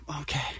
Okay